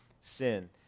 sin